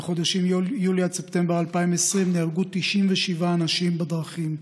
בחודשים יולי עד ספטמבר 2020 נהרגו 97 אנשים בדרכים,